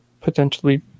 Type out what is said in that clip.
potentially